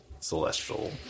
Celestial